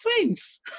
twins